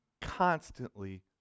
constantly